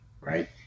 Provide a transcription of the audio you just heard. right